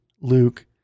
Luke